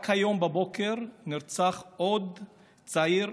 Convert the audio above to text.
רק היום בבוקר נרצח עוד צעיר,